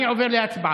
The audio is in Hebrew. אני עובר להצבעה.